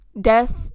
Death